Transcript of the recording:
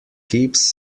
keeps